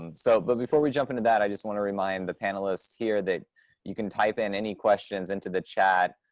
um so but before we jump into that, i just want to remind the panelists here that you can type in any questions into the chat,